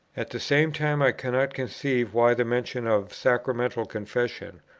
at the same time i cannot conceive why the mention of sacramental confession,